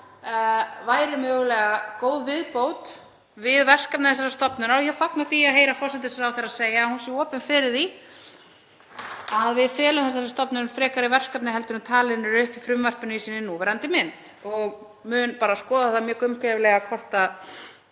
væri mögulega góð viðbót við verkefni þessarar stofnunar. Ég fagna því að heyra forsætisráðherra segja að hún sé opin fyrir því að við felum þessari stofnun frekari verkefni en talin eru upp í frumvarpinu í sinni núverandi mynd. Ég mun skoða það mjög gaumgæfilega hvort